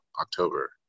October